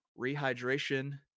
rehydration